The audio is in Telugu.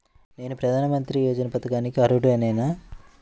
నేను ప్రధాని మంత్రి యోజన పథకానికి అర్హుడ నేన?